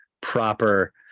proper